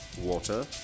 water